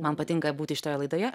man patinka būti šitoj laidoje